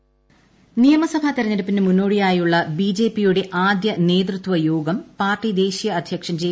P Nadda നിയമസഭാ തെരഞ്ഞെടുപ്പിന് മുന്നോടിയായുള്ള ബിജെപിയുടെ ആദ്യ നേതൃത്വ യോഗം പാർട്ടി ദേശീയ അദ്ധ്യക്ഷൻ ജെ